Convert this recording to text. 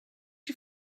you